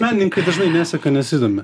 menininkai dažnai neseka nesidomi